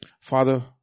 Father